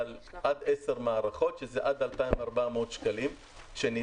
על עד 10 מערכות שזה עד 2,400 שקלים שניתנים,